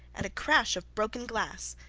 and a crash of broken glass,